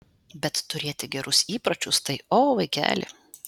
bet turėti gerus įpročius tai o vaikeli